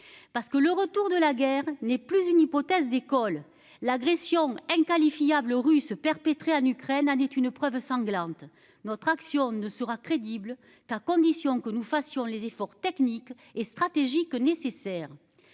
Parce que le retour de la guerre n'est plus une hypothèse d'école. L'agression inqualifiable rue ceux perpétrés en Ukraine, a dit une preuve sanglante notre action ne sera crédible qu'à condition que nous fassions les efforts techniques et stratégiques nécessaires.